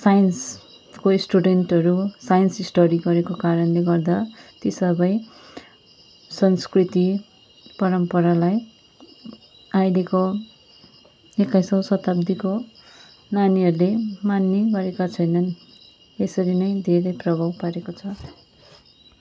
साइन्सको स्टुडेन्टहरू science study गरेको कारणले गर्दा ती सबै संस्कृति परम्परालाई अहिलेको एक्काइसौँ शताब्दीको नानीहरूले मान्ने गरेका छैनन् त्यसरी नै धेरै प्रभाव परेको छ